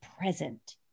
present